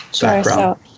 background